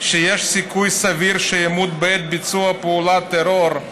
שיש סיכוי סביר שימות בעת ביצוע פעולת טרור,